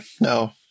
no